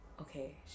okay